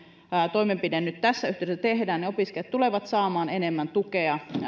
toimenpide nyt tässä yhteydessä tehdään niin opiskelijat tulevat saamaan enemmän tukea